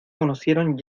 conocieron